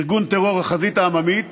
ארגון טרור החזית העממית,